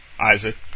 Isaac